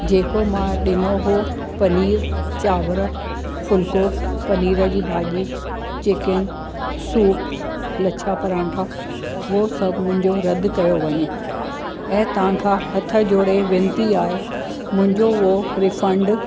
जेको मां ॾिनो हुओ पनीर चांवर फुलको पनीर जी भाॼी चिकिन सूप लच्छा पराठां उहे सभु उहे सभु मुंहिंजो रद्द कयो वञे ऐं तव्हां खां हथ जोड़े वेनिती आहे मुंहिंजो उहो रिफंड